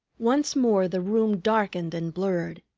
once more the room darkened and blurred,